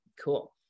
Cool